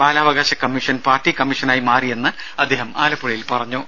ബാലാവകാശ commission party കമ്മീഷനായി മാറിയെന്നും അദ്ദേഹം ആലപ്പുഴയിൽ പറഞ്ഞു